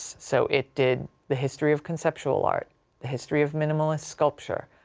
so, it did the history of conceptual art, the history of minimalist sculptor,